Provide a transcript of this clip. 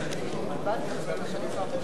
שמונה דקות.